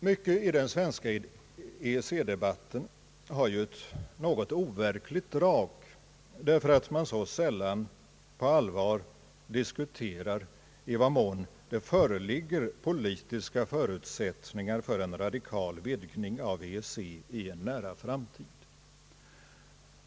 Mycket i den svenska EEC-debatten har ett overkligt drag därför att man så sällan på allvar diskuterar i vad mån det föreligger politiska förutsättningar för en radikal vidgning av EEC i en nära framtid.